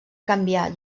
canviar